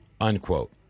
unquote